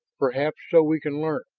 perhaps so we can learn